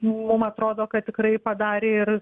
mum atrodo kad tikrai padarė ir